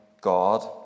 God